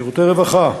שירותי רווחה,